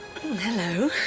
Hello